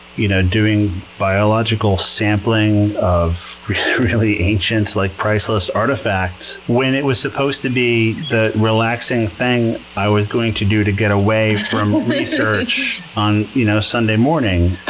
you know doing biological sampling of really ancient, like, priceless artifacts when it was supposed to be the relaxing thing i was going to do to get away from research on you know sunday morning.